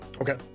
Okay